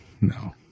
No